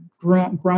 grown